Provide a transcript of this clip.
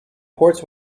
ports